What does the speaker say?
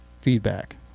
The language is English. feedback